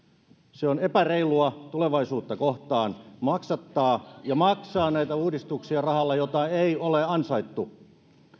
se on epäreilua tulevaisuutta kohtaan maksattaa ja maksaa näitä uudistuksia rahalla jota ei ole ansaittu